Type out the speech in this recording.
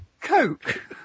Coke